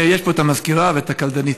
יש פה את המזכירה ואת הקלדנית.